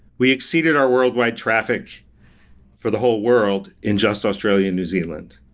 we exceeded our worldwide traffic for the whole world in just australia and new zealand.